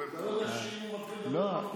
אתה לא יודע שאם הוא מתחיל לדבר הוא לא מפסיק.